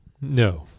No